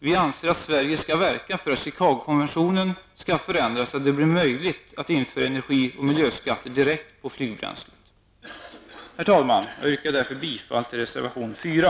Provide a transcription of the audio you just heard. Vi anser att Sverige skall verka för att Chicagokonventionen skall förändras så, att det blir möjligt att införa energi och miljöskatter direkt på flygbränslet. Herr talman! Jag yrkar bifall till reservation nr 4.